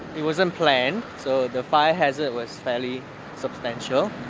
it wasn't planned, so the fire hazard was fairly substantial. a